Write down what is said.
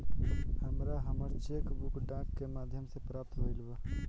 हमरा हमर cheque book डाक के माध्यम से प्राप्त भईल बा